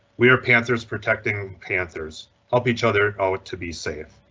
we are panthers protecting panthers, help each other always to be safe.